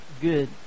Good